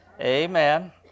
Amen